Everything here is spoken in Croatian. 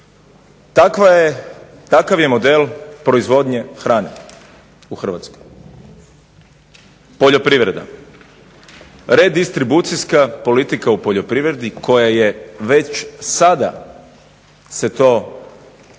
Takav je model proizvodnje hrane u Hrvatskoj. Poljoprivreda, redistribucijska politika u poljoprivredi koja je već sada se to ogleda